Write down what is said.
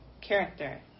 character